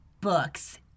books